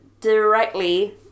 directly